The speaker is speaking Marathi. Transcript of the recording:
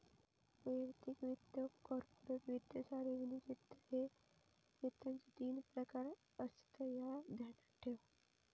वैयक्तिक वित्त, कॉर्पोरेट वित्त, सार्वजनिक वित्त, ह्ये वित्ताचे तीन प्रकार आसत, ह्या ध्यानात ठेव